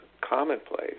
commonplace